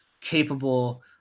capable